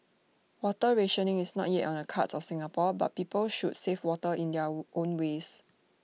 water rationing is not yet on the cards of Singapore but people should save water in their own ways